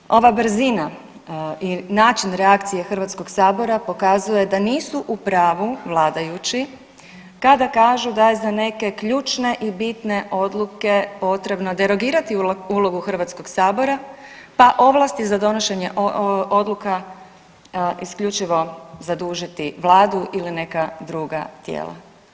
I treća stvar, ova brzina i način reakcije Hrvatskog sabora pokazuje da nisu u pravu vladajući kada kažu da je za neke ključne i bitne odluke potrebno derogirati ulogu Hrvatskog sabora pa ovlasti za donošenje odluka isključivo zadužiti vladu ili neka druga tijela.